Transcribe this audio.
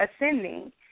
ascending